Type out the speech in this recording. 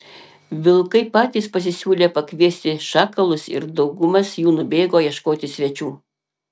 vilkai patys pasisiūlė pakviesti šakalus ir daugumas jų nubėgo ieškoti svečių